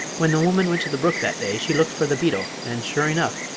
when the woman went to the brook that day she looked for the beetle, and, sure enough,